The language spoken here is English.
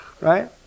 Right